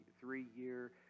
three-year